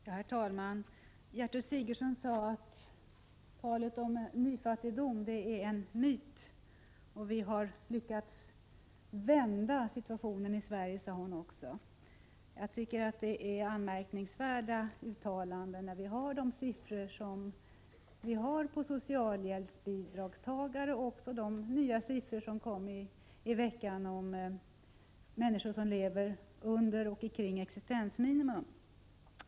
Herr talman! Gertrud Sigurdsen sade att talet om nyfattigdom är en myt. Vi har lyckats vända situationen i Sverige, sade hon också. Jag tycker att det är anmärkningsvärda uttalanden med tanke på de siffror som vi har på socialbidragstagare och de nya siffror som kom i veckan om människor som lever under och kring existensminimum.